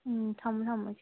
ꯎꯝ ꯊꯝꯃꯣ ꯊꯝꯃꯣ ꯏꯆꯦ